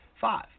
Five